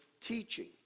teaching